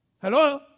Hello